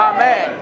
Amen